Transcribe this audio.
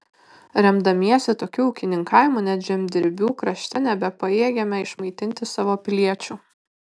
remdamiesi tokiu ūkininkavimu net žemdirbių krašte nebepajėgėme išmaitinti savo piliečių